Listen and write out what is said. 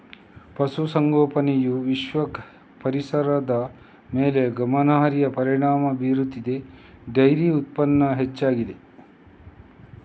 ಪಶು ಸಂಗೋಪನೆಯು ವಿಶ್ವ ಪರಿಸರದ ಮೇಲೆ ಗಮನಾರ್ಹ ಪರಿಣಾಮ ಬೀರುತ್ತಿದ್ದು ಡೈರಿ ಉತ್ಪನ್ನ ಹೆಚ್ಚಾಗಿದೆ